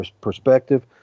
perspective